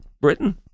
Britain